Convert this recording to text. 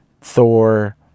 Thor